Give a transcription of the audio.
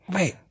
Wait